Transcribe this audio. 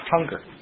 hunger